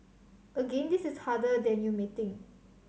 again this is harder than you may think